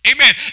Amen